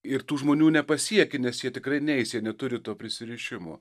ir tų žmonių nepasieki nes jie tikrai neis jie neturi to prisirišimo